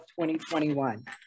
2021